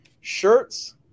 Shirts